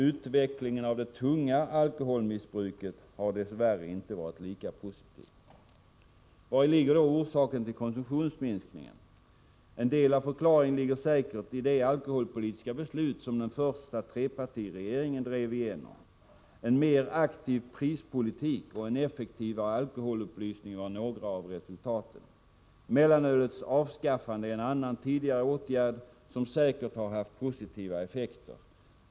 Utvecklingen av det tunga alkoholmissbruket har dess värre inte varit lika positivt. Vari ligger då orsaken till konsumtionsminskningen? En del av förklaringen ligger säkert i de alkoholpolitiska beslut som den första trepartiregeringen drev igenom. En mer aktiv prispolitik och en effektivare alkoholupplysning var några av resultaten. Mellanölets avskaffande är en annan tidigare åtgärd som säkert har haft positiva effekter.